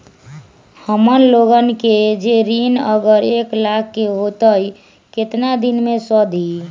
हमन लोगन के जे ऋन अगर एक लाख के होई त केतना दिन मे सधी?